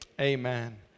amen